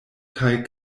kaj